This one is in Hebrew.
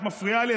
את מפריעה לי,